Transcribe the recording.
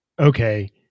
Okay